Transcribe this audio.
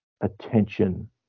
attention